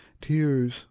Tears